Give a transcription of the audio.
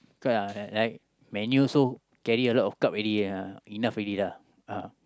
cannot ah like Man-U also carry a lot of cup already ah enough already lah